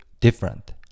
different